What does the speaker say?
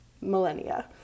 millennia